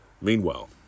Meanwhile